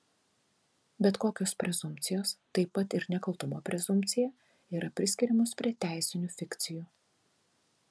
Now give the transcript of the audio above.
bet kokios prezumpcijos taip pat ir nekaltumo prezumpcija yra priskiriamos prie teisinių fikcijų